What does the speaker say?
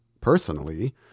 personally